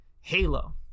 Halo